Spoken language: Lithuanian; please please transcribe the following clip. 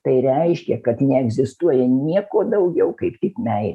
tai reiškia kad neegzistuoja nieko daugiau kaip tik meilė